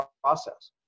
process